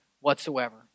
whatsoever